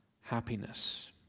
happiness